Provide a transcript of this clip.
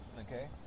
Okay